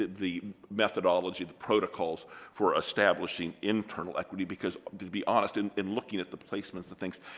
the methodology, the protocols for establishing internal equity because to be honest and and looking at the placements and things,